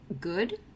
good